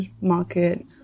market